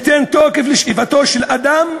תתפלאו,